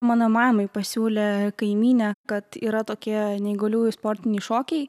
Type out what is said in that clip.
mano mamai pasiūlė kaimynė kad yra tokie neįgaliųjų sportiniai šokiai